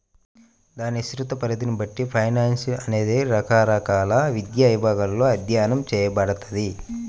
దాని విస్తృత పరిధిని బట్టి ఫైనాన్స్ అనేది రకరకాల విద్యా విభాగాలలో అధ్యయనం చేయబడతది